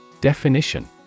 Definition